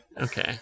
Okay